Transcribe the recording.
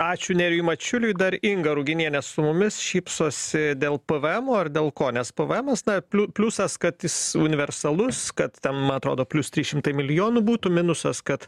ačiū nerijui mačiuliui dar inga ruginienė su mumis šypsosi dėl pvemo ar dėl ko nes pvemas na pliu pliusas kad jis universalus kad ten man atrodo plius trys šimtai milijonų būtų minusas kad